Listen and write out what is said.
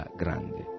grande